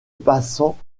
passant